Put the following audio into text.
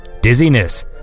dizziness